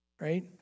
right